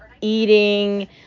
eating